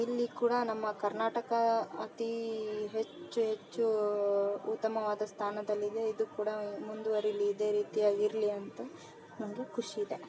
ಇಲ್ಲಿ ಕೂಡ ನಮ್ಮ ಕರ್ನಾಟಕ ಅತಿ ಹೆಚ್ಚು ಹೆಚ್ಚು ಉತ್ತಮವಾದ ಸ್ಥಾನದಲ್ಲಿದೆ ಇದು ಕೂಡ ಮುಂದುವರಿಲಿದೆ ಇದೇ ರೀತಿಯಾಗಿರಲಿ ಅಂತ ನನಗೂ ಖುಷಿಯಿದೆ